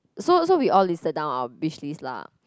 so so we all listed down our wish list lah